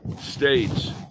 states